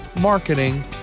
marketing